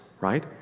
right